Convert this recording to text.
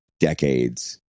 Decades